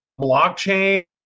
blockchain